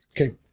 Okay